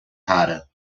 rara